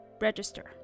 register